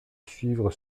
suivre